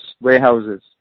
warehouses